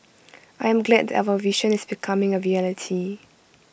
I am glad that our vision is becoming A reality